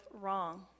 wrong